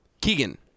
Keegan